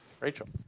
Rachel